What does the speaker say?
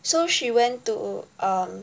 so she went to um